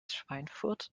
schweinfurt